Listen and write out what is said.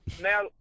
Now